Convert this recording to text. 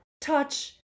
touch